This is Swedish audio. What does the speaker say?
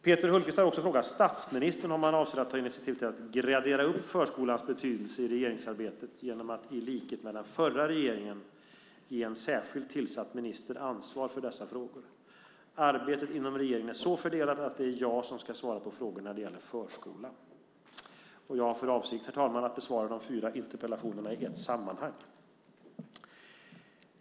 Peter Hultqvist har också frågat statsministern om han avser att ta initiativ till att gradera upp förskolans betydelse i regeringsarbetet genom att i likhet med den förra regeringen ge en särskilt tillsatt minister ansvar för dessa frågor. Arbetet inom regeringen är så fördelat att det är jag som ska svara på frågor när det gäller förskolan. Jag har för avsikt, herr talman, att besvara de fyra interpellationerna i ett sammanhang.